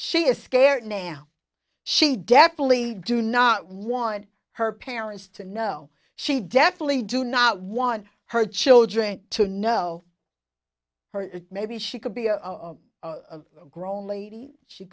she is scared now she definitely do not want her parents to know she definitely do not want her children to know her maybe she could be a grown lady she